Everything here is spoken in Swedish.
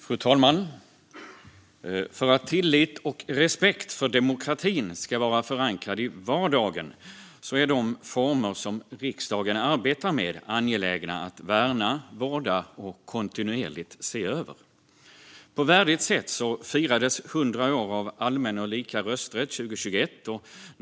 Fru talman! För att tilliten till och respekten för demokratin ska vara förankrade i vardagen är de former som riksdagen arbetar under angelägna att värna, vårda och kontinuerligt se över. På värdigt sätt firades 100 år av allmän och lika rösträtt 2021.